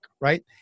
right